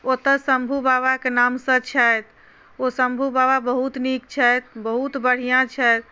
ओतय शम्भू बाबाके नामसँ छथि ओ शम्भू बाबा बहुत नीक छथि बहुत बढ़िआँ छथि